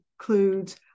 includes